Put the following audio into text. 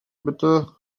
bitte